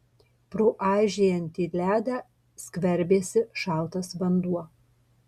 pro aižėjantį ledą skverbėsi šaltas vanduo